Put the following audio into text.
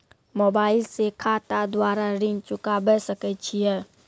Mobile से खाता द्वारा ऋण चुकाबै सकय छियै?